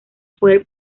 fue